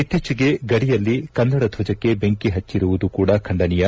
ಇತ್ತೀಚೆಗೆ ಗಡಿಯಲ್ಲಿ ಕನ್ನಡ ಧ್ವಜಕ್ಕೆ ಬೆಂಕಿ ಹಚ್ಚಿರುವುದು ಕೂಡ ಖಂಡನೀಯ